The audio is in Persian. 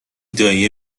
دایی